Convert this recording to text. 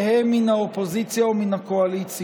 יהא מן האופוזיציה או מן הקואליציה,